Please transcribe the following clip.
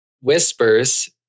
whispers